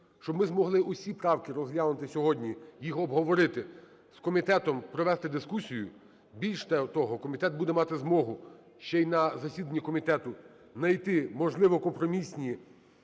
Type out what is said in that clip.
щоб ми змогли всі правки розглянути сьогодні, їх обговорити, з комітетом провести дискусію. Більш того, комітет буде мати змогу ще і на засіданні комітету знайти, можливо, компромісні